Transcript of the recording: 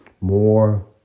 more